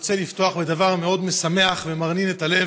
רוצה לפתוח בדבר מאוד משמח ומרנין את הלב.